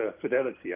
Fidelity